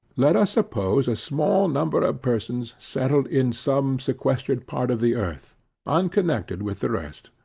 let us suppose a small number of persons settled in some sequestered part of the earth unconnected with the rest,